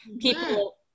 people